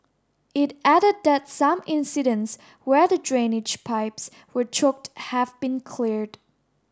it added that some incidents where the drainage pipes were choked have been cleared